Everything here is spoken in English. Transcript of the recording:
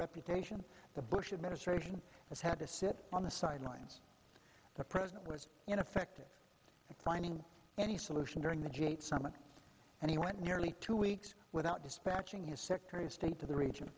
reputation the bush administration has had to sit on the sidelines the president in effect finding any solution during the g eight summit and he went nearly two weeks without dispatching his secretary of state to the region